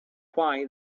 why